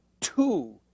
Two